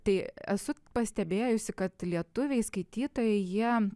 tai esu pastebėjusi kad lietuviai skaitytojai jie